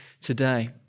today